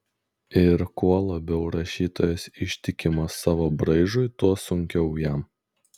ir kuo labiau rašytojas ištikimas savo braižui tuo sunkiau jam